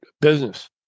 business